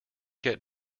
get